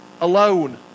alone